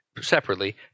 separately